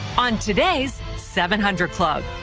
on today's seven hundred club.